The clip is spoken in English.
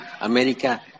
America